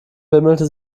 bimmelte